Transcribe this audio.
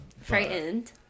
frightened